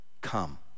come